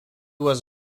was